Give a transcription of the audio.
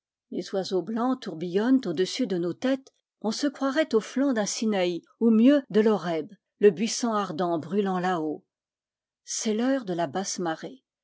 les oiseaux blancs tourbil lonnent au-dessus de nos têtes on se croirait au flanc d'un sinaï ou mieux de l'horeb le buisson ardent brûlant là-haut c'est l'heure de la basse marée